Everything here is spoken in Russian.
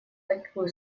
такую